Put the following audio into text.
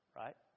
right